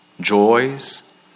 joys